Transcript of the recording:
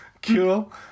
Cool